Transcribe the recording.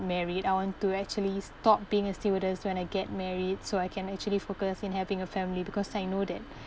married I want to actually stop being a stewardess when I get married so I can actually focus in having a family because I know that